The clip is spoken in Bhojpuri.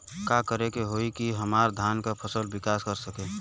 का करे होई की हमार धान के फसल विकास कर सके?